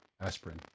Aspirin